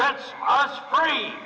that's funny